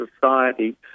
society